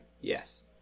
Yes